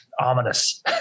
ominous